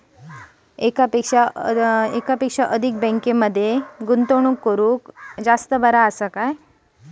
एकापेक्षा अधिक बँकांमध्ये गुंतवणूक करणे अधिक उपयुक्त आहे का?